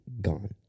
gone